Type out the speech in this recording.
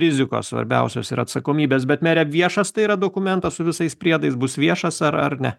rizikos svarbiausios ir atsakomybės bet mere viešas tai yra dokumentas su visais priedais bus viešas ar ar ne